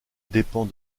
dépend